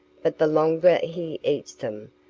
but the longer he eats them,